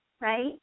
right